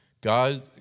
God